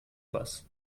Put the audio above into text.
was